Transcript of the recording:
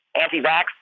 anti-vax